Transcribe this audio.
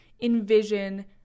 Envision